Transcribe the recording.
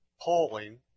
polling